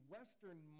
Western